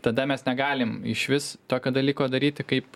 tada mes negalim išvis tokio dalyko daryti kaip